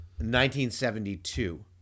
1972